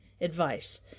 advice